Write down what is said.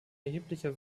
erheblicher